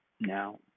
now